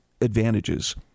advantages